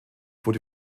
wurde